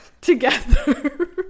Together